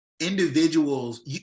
individuals